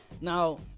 Now